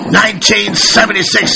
1976